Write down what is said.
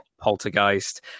Poltergeist